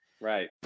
Right